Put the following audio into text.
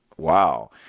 Wow